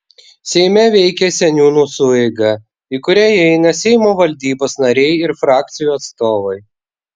seime veikia seniūnų sueiga į kurią įeina seimo valdybos nariai ir frakcijų atstovai